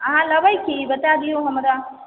अहाँ लेबै की ई बताए दियो हमरा